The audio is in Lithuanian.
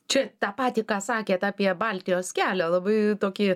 čia tą patį ką sakėt apie baltijos kelią labai tokį